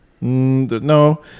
No